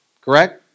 Correct